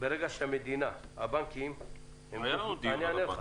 אני אענה לך,